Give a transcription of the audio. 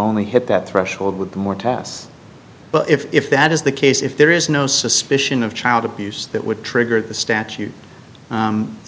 only hit that threshold with more tests but if that is the case if there is no suspicion of child abuse that would trigger the statute